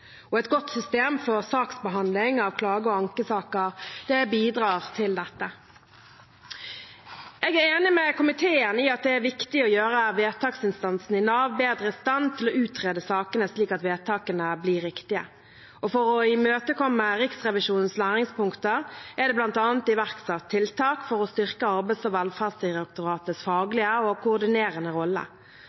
Et godt system for saksbehandling av klage- og ankesaker bidrar til dette. Jeg er enig med komiteen i at det er viktig å gjøre vedtaksinstansen i Nav bedre i stand til å utrede sakene slik at vedtakene blir riktige. For å imøtekomme Riksrevisjonens læringspunkter er det bl.a. iverksatt tiltak for å styrke Arbeids- og velferdsdirektoratets faglige og koordinerende rolle.